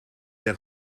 der